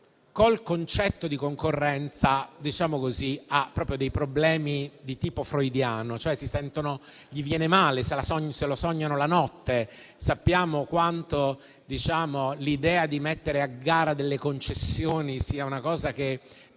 il concetto di concorrenza ha proprio dei problemi di tipo freudiano, tanto che se lo sognano la notte; sappiamo quanto l'idea di mettere a gara delle concessioni sia una cosa che